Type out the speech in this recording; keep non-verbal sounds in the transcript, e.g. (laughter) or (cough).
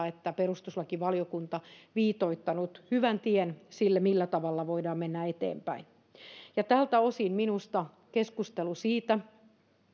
(unintelligible) että perustuslakivaliokunta viitoittaneet hyvän tien sille millä tavalla voidaan mennä eteenpäin tältä osin minusta keskustelu siitä